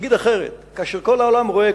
אגיד אחרת: כאשר כל העולם רואה,